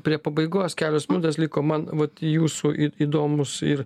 prie pabaigos kelios minutės liko man vat jūsų įdomus ir